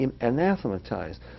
anathematized